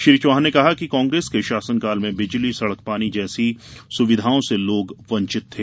श्री चौहान ने कहा कि कांग्रेस के शासनकाल में बिजली सड़क पानी जैसी सुविधाओं से लोग वंचित थे